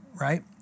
right